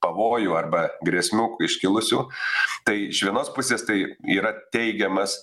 pavojų arba grėsmių iškilusių tai iš vienos pusės tai yra teigiamas